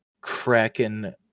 Kraken